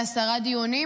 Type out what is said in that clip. היו כעשרה דיונים,